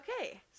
Okay